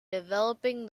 developing